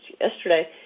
yesterday